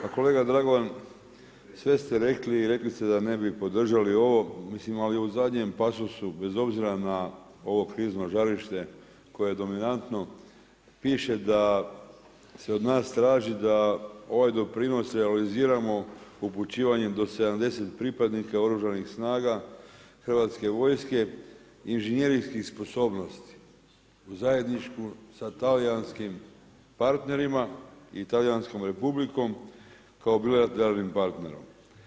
Pa kolega Dragovan, sve ste rekli i rekli ste da ne bi podržali ovo, mislim ali u zadnjem pasosu bez obzira na ovo krizno žarište koje je dominantno piše da se od nas traži da ovaj doprinos realiziramo upućivanjem do 70 pripadnika Oružanih snaga Hrvatske vojske inženjerijskih sposobnosti u zajedničku sa talijanskim partnerima i Talijanskom Republikom kao bilateralnim partnerom.